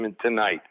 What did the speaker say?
tonight